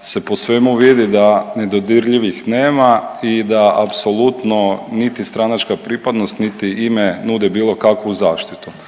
se po svemu vidi da nedodirljivih nema i da apsolutno niti stranačka pripadnost niti ime nude bilo kakvu zaštitu.